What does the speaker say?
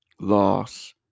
loss